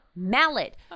Mallet